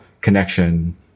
connection